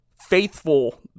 faithful